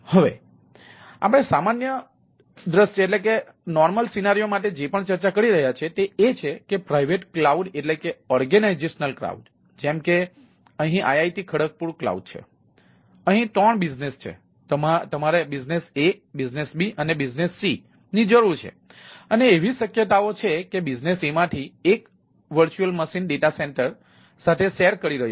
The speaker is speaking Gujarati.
હવે આપણે સામાન્ય દૃશ્ય માટે જે પણ ચર્ચા કરી રહ્યા છીએ તે એ છે કે પ્રાઇવેટ કલાઉડ સાથે શેર કરી રહ્યો છું અથવા બિઝનેસ B અને બિઝનેસ C ના અલગ ઇન્ફ્રાસ્ટ્રક્ચરમાં શેર કરી રહ્યો છું